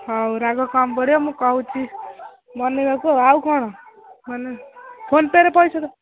ହେଉ ରାଗ କମ୍ ପଡ଼ିବ ମୁଁ କହୁଛି ବନାଇବାକୁ ଆଉ କ'ଣ ମାନେ ଫୋନ୍ ପେରେ ପଇସା ଦେବ